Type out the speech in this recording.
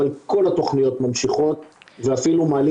אבל כל התוכניות ממשיכות ואפילו מעלים